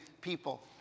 people